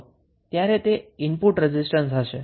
તો આપણે શું કરવાનું છે